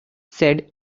said